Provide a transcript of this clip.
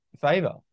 favor